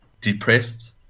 depressed